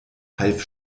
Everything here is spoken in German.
half